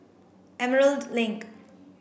Emerald Link